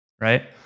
right